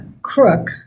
crook